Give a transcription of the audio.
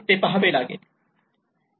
ते पहावे लागेल